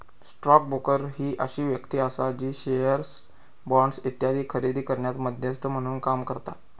stock broker ही अशी व्यक्ती आसा जी शेअर्स, बॉण्ड्स इत्यादी खरेदी करण्यात मध्यस्थ म्हणून काम करता